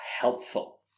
helpful